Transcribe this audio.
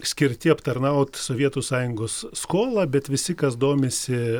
skirti aptarnaut sovietų sąjungos skolą bet visi kas domisi